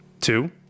Two